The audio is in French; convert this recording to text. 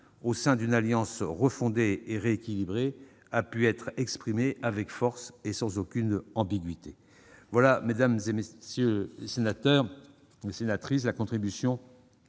au sein d'une alliance refondée et rééquilibrée, a pu être exprimé avec force et sans aucune ambiguïté. Voilà, mesdames les sénatrices, messieurs les sénateurs, la contribution